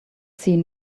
seen